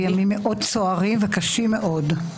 הימים מאוד סוערים וקשים מאוד.